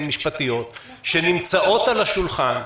משפטיות שנמצאות על השולחן,